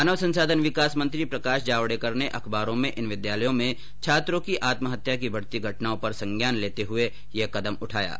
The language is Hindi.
मानव संसाधन विकास मंत्री प्रकाश जावडेकर ने अखबारों में इन विद्यालयों में छात्रों की आत्महत्या की बढ़ती घटनाओं पर संज्ञान लेते हुए यह कदम उठाया है